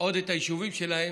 עוד את היישובים שלהם,